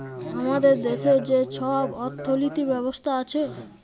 আমাদের দ্যাশে যে ছব অথ্থলিতি ব্যবস্থা আছে